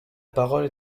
parole